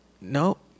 Nope